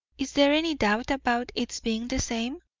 is there any doubt about its being the same?